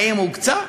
האם הוקצה?